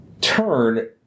Turn